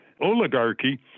oligarchy